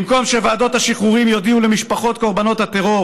במקום שוועדות השחרורים יודיעו למשפחות קורבנות הטרור